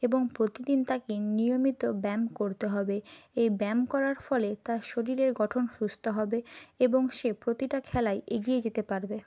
এবং প্রতিদিন তাকে নিয়মিত ব্যায়ম করতে হবে এই ব্যায়ম করার ফলে তার শরীরের গঠন সুস্থ হবে এবং সে প্রতিটা খেলায় এগিয়ে যেতে পারবে